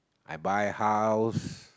I buy house